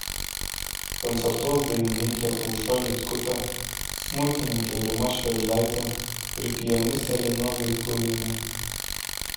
koncertuos dainininkė aušra liutkutė smuikininkė rima švėgždaitė ir pianistė lina vaitkuvienė